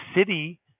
city